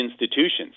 institutions